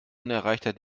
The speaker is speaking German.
unerreichter